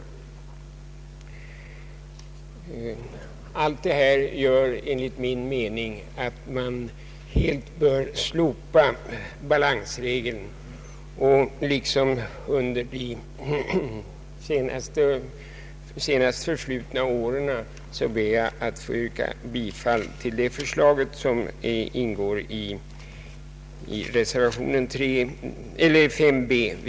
Allt detta gör enligt min mening att man bör slopa balansregeln. Liksom under de senast förflutna åren ber jag därför att få yrka bifall till det förslag, som här ingår i reservation 5 b.